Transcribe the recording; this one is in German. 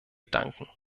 danken